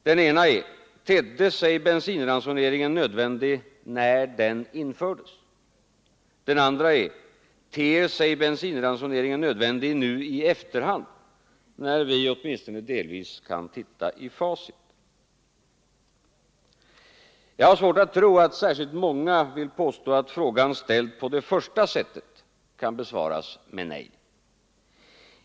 Den ena är: Tedde sig bensinransoneringen nödvändig när den infördes? Den andra är: Ter sig bensinransoneringen nödvändig nu i efterhand, när vi, åtminstone delvis, kan titta i facit? Jag har svårt att tro att särskilt många vill påstå att frågan ställd på det första sättet kan besvaras med nej.